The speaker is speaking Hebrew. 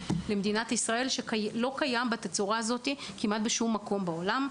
למדינת ישראל שלא קיים בתצורה הזאת בשום מקום בעולם.